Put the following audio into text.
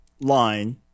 line